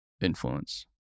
influence